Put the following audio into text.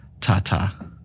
Ta-ta